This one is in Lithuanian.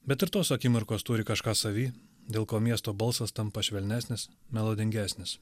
bet ir tos akimirkos turi kažką savy dėl ko miesto balsas tampa švelnesnis melodingesnis